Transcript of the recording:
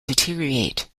deteriorate